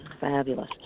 Fabulous